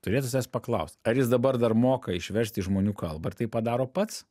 turėtų savęs paklaust ar jis dabar dar moka išverst į žmonių kalbą ir tai padaro pats